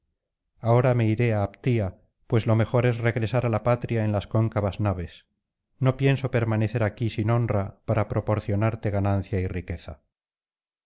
ahora me iré á ptía pues lo mejor es regresar a la patria en las cóncavas naves no pienso permanecer aquí sin honra para proporcionarte ganancia y riqueza